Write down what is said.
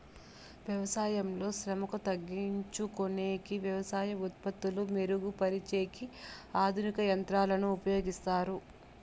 వ్యవసాయంలో శ్రమను తగ్గించుకొనేకి వ్యవసాయ ఉత్పత్తులు మెరుగు పరిచేకి ఆధునిక యంత్రాలను ఉపయోగిస్తారు